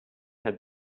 had